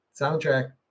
soundtrack